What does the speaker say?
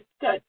good